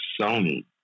Sony